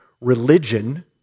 Religion